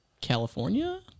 California